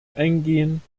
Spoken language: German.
eingehen